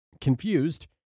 Confused